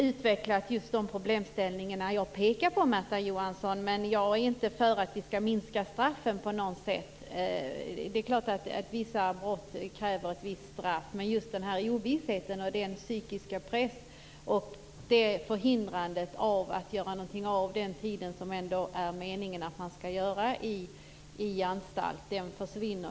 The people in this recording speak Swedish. Fru talman! Jag fick inte riktigt utveckla de problem som jag pekade på. Jag är inte för att vi på något sätt skall minska straffen. Det är klart att vissa brott kräver ett visst straff. Vad jag talar om är ovissheten, den psykiska pressen och att de här kvinnorna är förhindrade att göra något av tiden på anstalt, vilket ju faktiskt är meningen.